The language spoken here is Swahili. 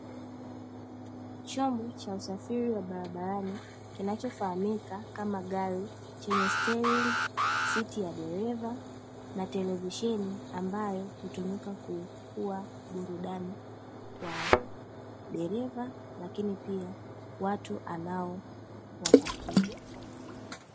Chombo cha usafiri wa barabarani kinachofahamika kama gari chenye steringi, siti ya dereva na televisheni ambayo hutumika kwa burudani kwa dereva lakini pia watu anao wapakia.